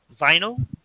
vinyl